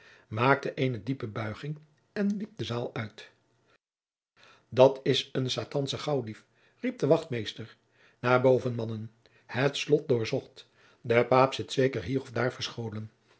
maakte eene diepe buiging en liep de zaal uit dat's een satansche gaauwdief riep de wachtmeester naar boven mannen het slot doorzocht de paap zit zeker hier of daar verscholen